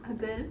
ah girl